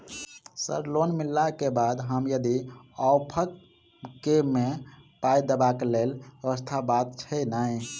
Sir loan मिलला केँ बाद हम यदि ऑफक केँ मे पाई देबाक लैल व्यवस्था बात छैय नै?